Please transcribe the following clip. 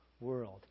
world